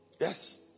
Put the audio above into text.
Yes